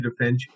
defend